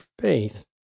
faith